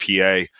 PA